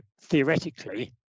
theoretically